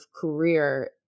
career